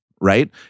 right